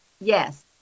Yes